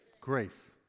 Grace